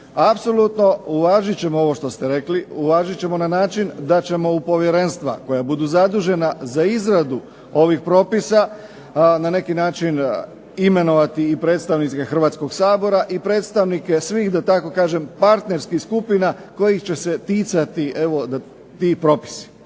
rekli, uvažit ćemo na način da ćemo u povjerenstva koja budu zadužena za izradu ovih propisa imenovati na neki način i predstavnike Hrvatskog sabora i predstavnike svih partnerskih skupina kojih će se ticati ti propisi.